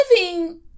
living